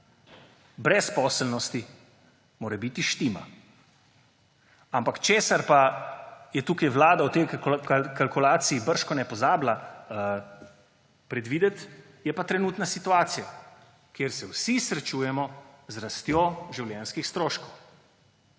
brezposelnosti morebiti štima, ampak to, kar Vlada v tej kalkulaciji bržkone pozablja predvideti, je pa trenutna situacija, kjer se vsi srečujemo z rastjo življenjskih stroškov.